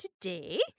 today